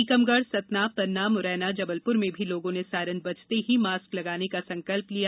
टीकमगढ़ सतना न्ना म्रैना जबल र में भी लोगों ने सायरन बजते ही मास्क लगाने का संकल लिया